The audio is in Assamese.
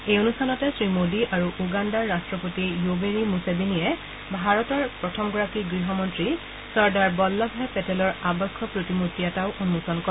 এই অনুষ্ঠানতে শ্ৰীমোদী আৰু উগাণ্ডাৰ ৰট্টপতি য়োবেৰী মুছেবেনীয়ে ভাৰতৰ প্ৰথমগৰাকী গৃহমন্ত্ৰী চৰ্দাৰ বল্লভভাই পেটেলৰ আৱক্ষ প্ৰতিমূৰ্তি এটিও উন্মোচন কৰে